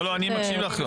לא, אני מקשיב לך.